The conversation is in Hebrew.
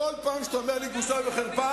כל פעם שאתה אומר לי "בושה וחרפה",